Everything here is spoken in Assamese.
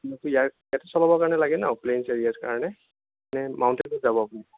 আপুনিটো ইয়াতে ইয়াতে চলাবৰ কাৰণে লাগে ন প্লেইন এৰিয়াৰ কাৰণে নে মাউণ্টেনতো যাব আপুনি